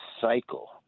cycle